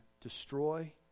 destroy